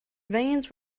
veins